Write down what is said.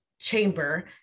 chamber